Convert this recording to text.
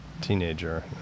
teenager